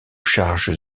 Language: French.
charges